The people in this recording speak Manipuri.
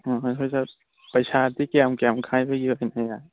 ꯎꯝ ꯄꯩꯁꯥꯗꯤ ꯀꯌꯥꯝ ꯀꯌꯥꯝ ꯈꯥꯏꯕ ꯑꯣꯏꯅ ꯌꯥꯏ